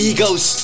Egos